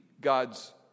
God's